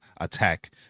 attack